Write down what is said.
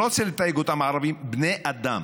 אני לא רוצה לתייג אותם כערבים, בני אדם,